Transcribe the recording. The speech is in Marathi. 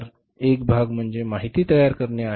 तर एक भाग म्हणजे माहिती तयार करणे आहे